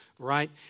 right